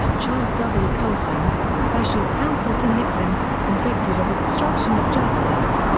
charles w. colson, special counsel to nixon, convicted of obstruction of justice.